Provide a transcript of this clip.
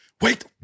Wait